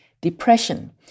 depression